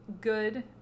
good